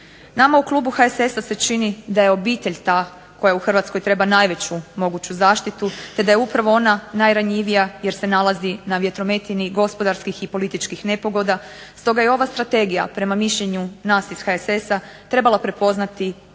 Nama u Klubu HSS-a se čini da je obitelj ta koja u Hrvatskoj treba najveću moguću zaštitu te da je ona upravo najranjivija jer se nalazi na vjetrometini gospodarskih i političkih nepogoda. Stoga je ova strategija prema mišljenju nas iz HSS-a trebala prepoznati